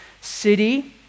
city